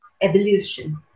evolution